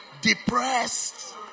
depressed